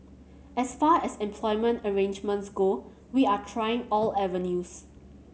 as far as employment arrangements go we are trying all avenues